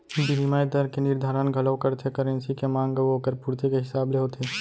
बिनिमय दर के निरधारन घलौ करथे करेंसी के मांग अउ ओकर पुरती के हिसाब ले होथे